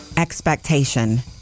expectation